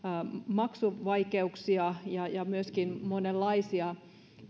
maksuvaikeuksia ja ja myöskin monenlaisia